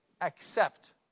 accept